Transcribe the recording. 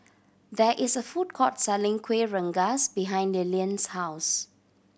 there is a food court selling Kuih Rengas behind Lillian's house